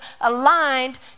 aligned